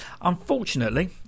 unfortunately